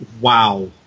wow